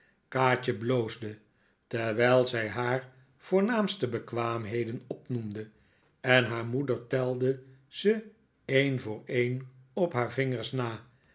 bloosde terwijl zij haar voornaamste bekwaamheden opnoemde en haar moeder telde ze een voor een op haar vingers na